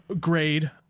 Grade